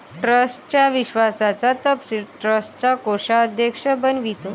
ट्रस्टच्या विश्वासाचा तपशील ट्रस्टचा कोषाध्यक्ष बनवितो